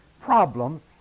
problem